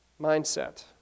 Mindset